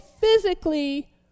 physically